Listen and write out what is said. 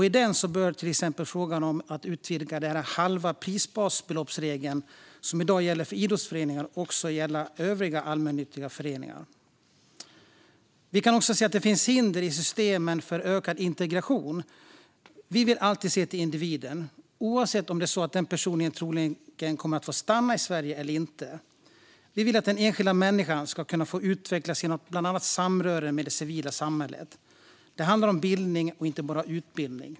I den bör till exempel frågan om att utvidga regeln om halvt prisbasbelopp, som i dag gäller för idrottsföreningar, till att också gälla övriga allmännyttiga föreningar ingå. Vi kan också se att det finns hinder i systemen för ökad integration. Vi vill alltid se till individen, oavsett om det är så att en person troligen kommer att få stanna i Sverige eller inte. Vi vill att den enskilda människan ska få utvecklas genom bland annat samröre med det civila samhället. Det handlar om bildning och inte bara utbildning.